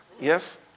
Yes